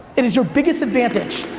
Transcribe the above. it is your biggest advantage,